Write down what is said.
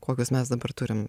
kokius mes dabar turim